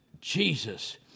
Jesus